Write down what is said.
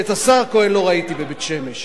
את השר כהן לא ראיתי בבית-שמש.